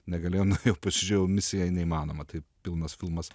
negalėjo pasižiūrėjau misija neįmanoma tai pilnas filmas